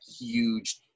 huge